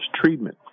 treatment